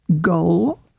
goal